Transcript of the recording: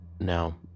now